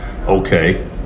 okay